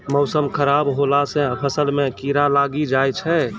मौसम खराब हौला से फ़सल मे कीड़ा लागी जाय छै?